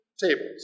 tables